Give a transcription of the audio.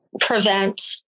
prevent